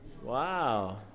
Wow